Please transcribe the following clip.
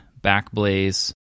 Backblaze